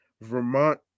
Vermont